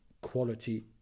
quality